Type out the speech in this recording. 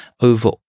over